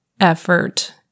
effort